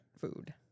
food